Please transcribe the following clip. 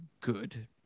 good